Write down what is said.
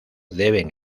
deben